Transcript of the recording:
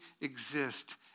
exist